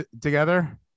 together